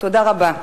תודה רבה.